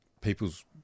people's